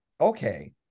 okay